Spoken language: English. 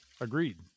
agreed